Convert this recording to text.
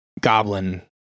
goblin